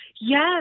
Yes